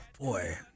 boy